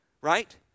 right